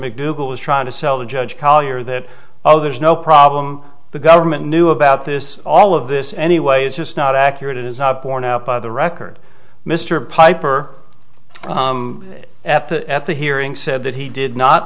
mcdougal was trying to sell the judge collier that oh there's no problem the government knew about this all of this anyway is just not accurate it is up borne out by the record mr piper at the at the hearing said that he did not